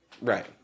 Right